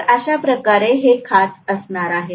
तर अशाप्रकारे हे खाच असणार आहेत